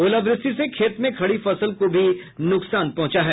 ओलावृष्टि से खेत में खड़ी फसल को भी नुकसान पहुंचा है